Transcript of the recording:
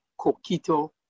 coquito